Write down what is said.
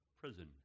prison